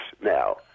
now